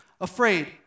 afraid